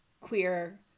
queer